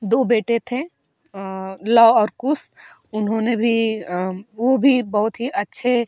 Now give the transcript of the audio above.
दो बेटे थें लव और कुश उन्होंने भी वे भी बहुत ही अच्छे